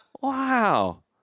Wow